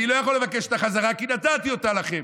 אני לא יכול לבקש אותה חזרה, כי נתתי אותה לכם,